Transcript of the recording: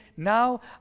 Now